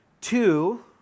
Two